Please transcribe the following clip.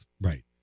Right